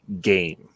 game